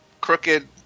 crooked